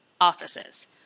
offices